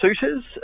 suitors